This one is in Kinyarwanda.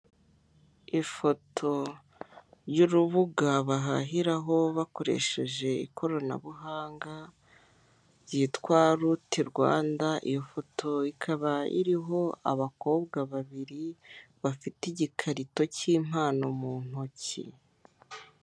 Ifoto y'urubuga bahahiraho bakoresheje ikoranabuhanga ryitwa ruti Rwanda, iyo foto ikaba iriho abakobwa babiri bafite igikarito cy'impano mu ntoki.